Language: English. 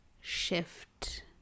shift